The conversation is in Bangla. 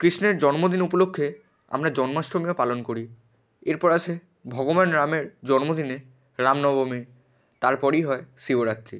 কৃষ্ণের জন্মদিন উপলক্ষে আমরা জন্মাষ্টমীও পালন করি এরপর আসে ভগবান রামের জন্মদিনে রামনবমী তারপরই হয় শিবরাত্রি